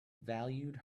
valued